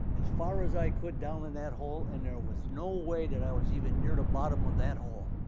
as far as i could down in that hole and there was no way that i was even near the bottom of that hole.